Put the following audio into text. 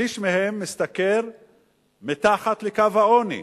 שליש מהם משתכר מתחת לקו העוני.